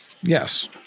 Yes